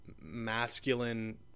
masculine